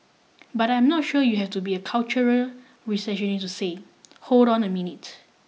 but I am not sure you have to be a cultural reactionary to say hold on a minute